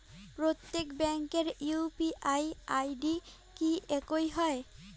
প্রত্যেক ব্যাংকের UPI ID কি একই হয়?